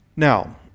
Now